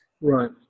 Right